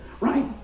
Right